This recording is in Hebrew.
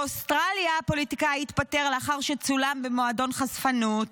באוסטרליה פוליטיקאי התפטר לאחר שצולם במועדון חשפנות,